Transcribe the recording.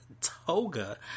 toga